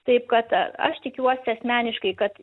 taip kad aš tikiuosi asmeniškai kad